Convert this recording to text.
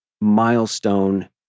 milestone